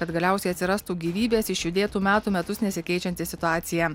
kad galiausiai atsirastų gyvybės išjudėtų metų metus nesikeičianti situacija